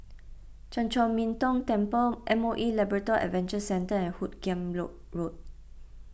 Chan Chor Min Tong Temple M O E Labrador Adventure Centre and Hoot Kiam Road Road